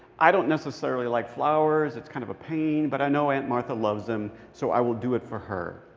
i don't necessarily like flowers. it's kind of a pain. but i know aunt martha loves them. so i will do it for her.